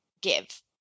give